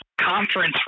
conference